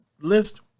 list